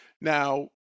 Now